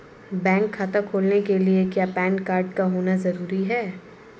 Bank खाता खोलने के लिए क्या पैन कार्ड का होना ज़रूरी है?